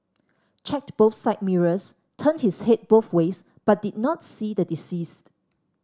checked both side mirrors turned his head both ways but did not see the deceased